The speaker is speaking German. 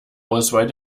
auswahl